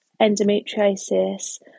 endometriosis